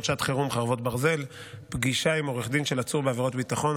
שעת חירום (חרבות ברזל) (פגישה עם עורך דין של עצור בעבירת ביטחון),